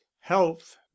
health